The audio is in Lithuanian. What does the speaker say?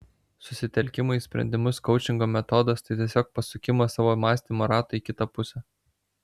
susitelkimo į sprendimus koučingo metodas tai tiesiog pasukimas savo mąstymo rato į kitą pusę